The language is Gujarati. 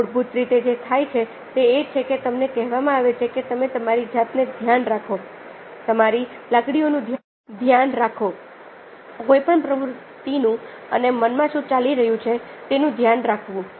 મૂળભૂત રીતે જે થાય છે તે એ છે કે તમને કહેવામાં આવે છે કે તમે તમારી જાતને ધ્યાન રાખો તમારી લાગણીઓ નું ધ્યાન રાખોકોઈપણ પ્રવૃત્તિનું અને મનમાં શું ચાલી રહ્યું છે તેનું ધ્યાન રાખવું